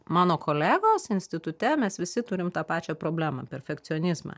mano kolegos institute mes visi turim tą pačią problemą perfekcionizmą